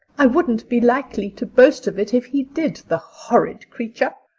i wouldn't be likely to boast of it if he did, the horrid creature!